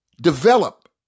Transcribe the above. Develop